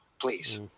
please